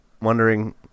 wondering